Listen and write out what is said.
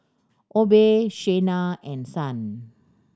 Obe Shayna and Son